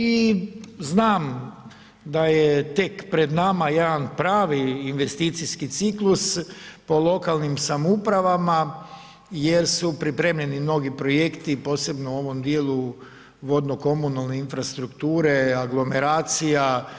I znam da je tek pred nama jedan pravi investicijski ciklus po lokalnim samoupravama jer su pripremljeni mnogi projekti i posebno u ovom dijelu vodno komunalne infrastrukture, aglomeracija.